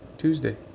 Tuesday